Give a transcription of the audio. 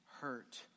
hurt